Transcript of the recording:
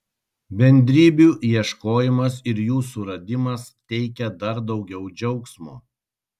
bendrybių ieškojimas ir jų suradimas teikia dar daugiau džiaugsmo